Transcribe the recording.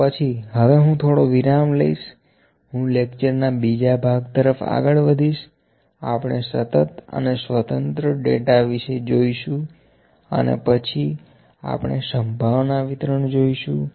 તો પછી હવે હું થોડો વિરામ લઈશ હું લેક્ચર ના બીજા ભાગ તરફ આગળ વધીશ આપણે સતત અને સ્વતંત્ર ડેટા વિશે જોઈશું અને પછી આપણે સંભાવના વિતરણ જોઇશું